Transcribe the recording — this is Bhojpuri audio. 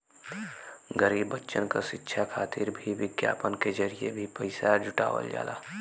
गरीब बच्चन क शिक्षा खातिर भी विज्ञापन के जरिये भी पइसा जुटावल जाला